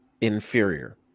inferior